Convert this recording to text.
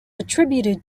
attributed